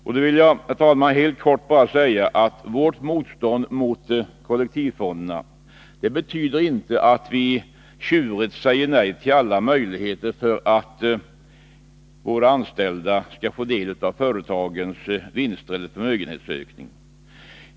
Jag vill bara helt kort säga att vårt motstånd till kollektivfonderna inte betyder att vi tjurigt säger nej till alla möjligheter för våra anställda att få del av företagens vinster eller förmögenhetsökning.